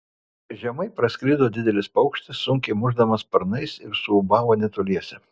žemai praskrido didelis paukštis sunkiai mušdamas sparnais ir suūbavo netoliese